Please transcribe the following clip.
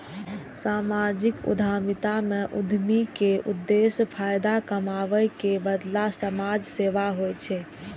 सामाजिक उद्यमिता मे उद्यमी के उद्देश्य फायदा कमाबै के बदला समाज सेवा होइ छै